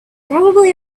probably